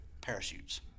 parachutes